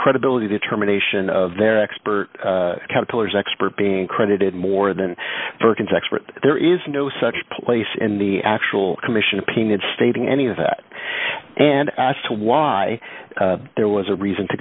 credibility determination of their expert caterpillars expert being credited more than firkins expert there is no such place in the actual commission of peanuts stating any of that and as to why there was a reason to